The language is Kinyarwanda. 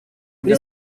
kuri